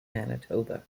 manitoba